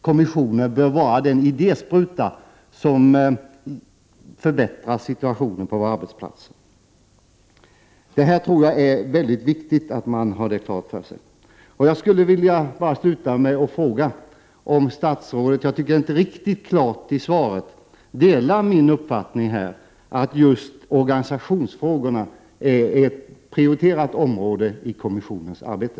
Kommissionen bör vara den idéspruta som förbättrar situationen på våra arbetsplatser. Det här är mycket viktigt att ha klart för sig. Eftersom det inte framgår riktigt klart av svaret skulle jag vilja sluta med att fråga om statsrådet delar min uppfattning att organisationsfrågorna bör utgöra ett prioriterat område i kommissionens arbete.